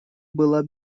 была